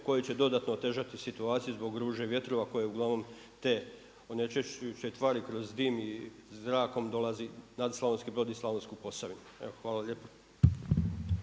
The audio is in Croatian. koji će dodatno otežati situaciju zbog ruže vjetrova koji uglavnom te onečišćuju tvari kroz dim i zrakom dolazi nad Slavonski Brod i slavonsku Posavinu. Evo hvala lijepo.